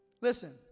Listen